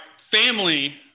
family